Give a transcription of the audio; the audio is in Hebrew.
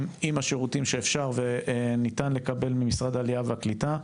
עם השירותים שאפשר וניתן לקבל ממשרד העלייה והקליטה.